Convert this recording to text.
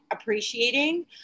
appreciating